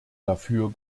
dafür